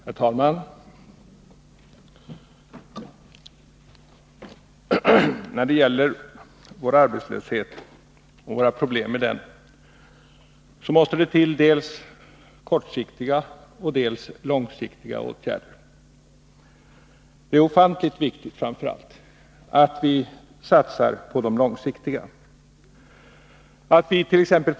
Herr talman! När det gäller vår arbetslöshet och våra problem med denna, måste det till dels kortsiktiga, dels långsiktiga åtgärder. Det är ofantligt viktigt att vi framför allt satsar på de långsiktiga åtgärderna, så att vit.ex.